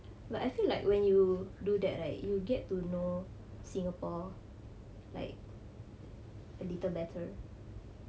but I feel like when you do that right you will get to know singapore like a little better